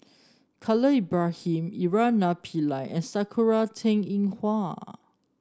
Khalil Ibrahim Naraina Pillai and Sakura Teng Ying Hua